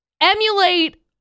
emulate